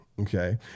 Okay